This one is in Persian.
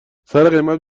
سرقیمت